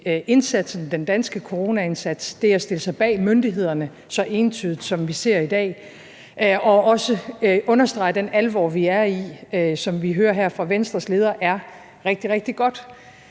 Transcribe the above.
til den danske coronaindsats, det at stille sig bag myndighederne så entydigt, som vi ser i dag, og også at understrege den alvor, vi er i, som vi hører her fra Venstres leder, er rigtig, rigtig godt.